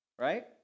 right